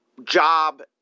Job